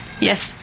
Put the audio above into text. Yes